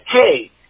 hey